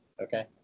Okay